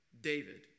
David